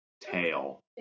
Tail